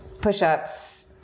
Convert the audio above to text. push-ups